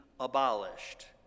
abolished